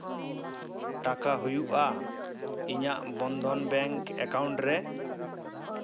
ᱴᱟᱠᱟ ᱦᱩᱭᱩᱜᱼᱟ ᱤᱧᱟᱹᱜ ᱵᱚᱱᱫᱷᱚᱱ ᱵᱮᱝᱠ ᱮᱠᱟᱣᱩᱱᱴ ᱨᱮ